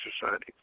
Society